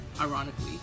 ironically